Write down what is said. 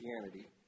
Christianity